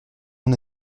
mon